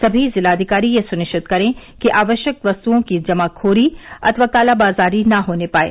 सभी जिलाधिकारी यह सुनिश्चित करे कि आवश्यक वस्तुओं की जमाखोरी अथवा कालाबाजारी न होने पाये